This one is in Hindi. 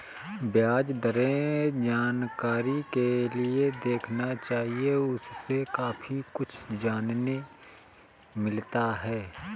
ब्याज दरें जानकारी के लिए देखना चाहिए, उससे काफी कुछ जानने मिलता है